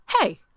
hey